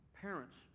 parents